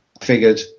figured